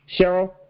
Cheryl